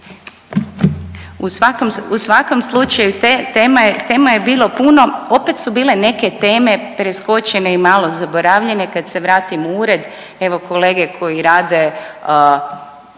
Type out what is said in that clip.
u svakom slučaju tema je, tema je bilo puno, opet su bile neke teme preskočene i malo zaboravljene, kad se vratim u ured evo kolege koji rade